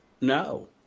No